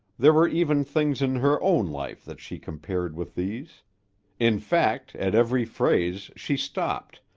there were even things in her own life that she compared with these in fact, at every phrase, she stopped,